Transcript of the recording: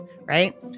right